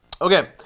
Okay